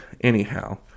anyhow